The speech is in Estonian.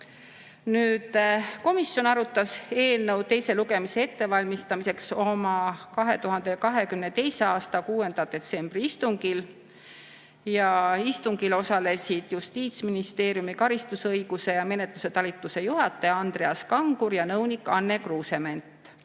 Komisjon arutas eelnõu teise lugemise ettevalmistamiseks oma 2022. aasta 6. detsembri istungil. Istungil osalesid Justiitsministeeriumi karistusõiguse ja menetluse talituse juhataja Andreas Kangur ja nõunik Anne Kruusement,